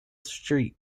street